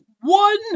one